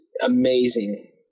amazing